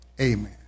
Amen